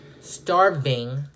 starving